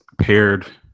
paired